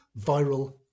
viral